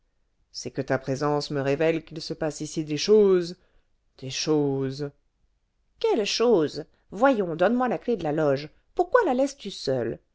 c'est que ta présence me révèle qu'il se passe ici des choses des choses quelles choses voyons donne-moi la clef de la loge pourquoi la laisses-tu seule